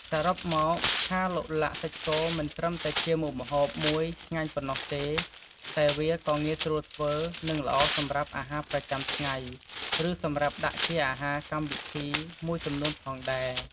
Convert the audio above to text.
សរុបមក ឆាឡុកឡាក់សាច់គោមិនត្រឹមតែជាមុខម្ហូបមួយឆ្ងាញ់ប៉ុណ្ណោះទេ តែវាក៏ងាយស្រួលធ្វើ និងល្អសម្រាប់អាហារប្រចាំថ្ងៃ ឬសម្រាប់ដាក់ជាអាហារកម្មវិធីមួយចំនួនផងដែរ។